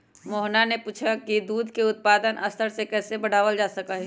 मोहना ने पूछा कई की दूध के उत्पादन स्तर के कैसे बढ़ावल जा सका हई?